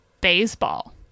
baseball